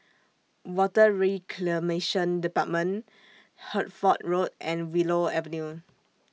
Water Reclamation department Hertford Road and Willow Avenue